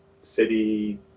city